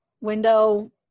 Window